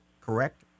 correct